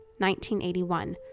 1981